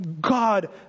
God